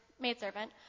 maidservant